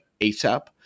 ASAP